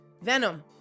Venom